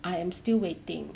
I am still waiting